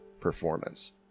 performance